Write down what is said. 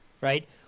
right